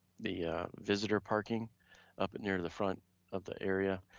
the visitor parking up near the front of the area,